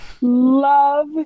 love